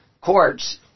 courts